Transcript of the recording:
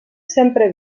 sempre